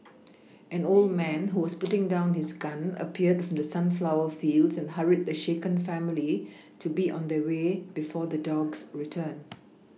an old man who was putting down his gun appeared from the sunflower fields and hurried the shaken family to be on their way before the dogs return